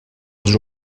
els